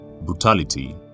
brutality